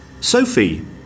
Sophie